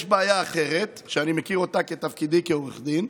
יש בעיה אחרת, שאני מכיר אותה מתפקידי כעורך דין,